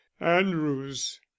andrews